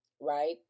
right